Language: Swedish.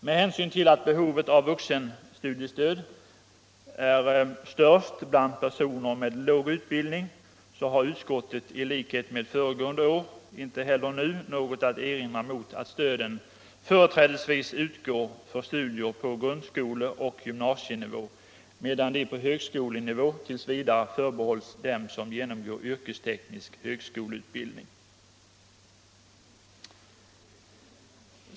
Med hänsyn till att behovet av vuxenstudiestöd är störst bland personer med låg utbildning har utskottet, i likhet med föregående år, inte heller nu något att erinra mot att stöden företrädesvis utgår för studier på grundskoleoch gymnasienivå, medan de på högskolenivå t. v. förbehålls dem som genomgår yrkesteknisk högskoleutbildning.